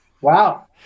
Wow